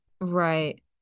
right